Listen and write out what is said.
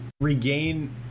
regain